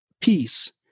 peace